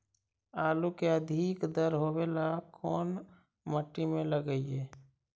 आलू के अधिक दर होवे ला कोन मट्टी में लगीईऐ?